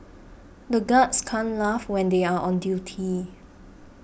the guards can't laugh when they are on duty